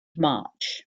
march